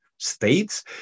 states